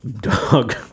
dog